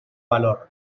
valor